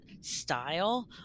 style